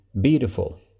beautiful